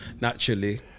Naturally